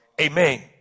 Amen